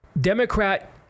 Democrat